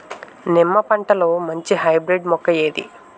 నిమ్మ పంటలో మంచి హైబ్రిడ్ మొక్క ఏది?